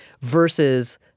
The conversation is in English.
versus